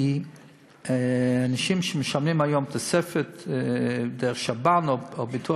כי אנשים שמשלמים היום תוספת דרך שב"ן או ביטוח